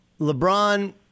LeBron